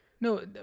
No